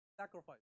sacrifice